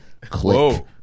Click